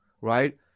right